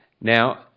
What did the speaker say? Now